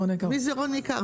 מי זה רוני איכר?